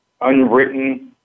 unwritten